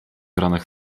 ranach